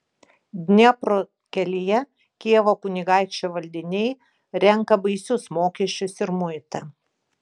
dniepro kelyje kijevo kunigaikščio valdiniai renka baisius mokesčius ir muitą